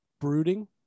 brooding